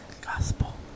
Gospel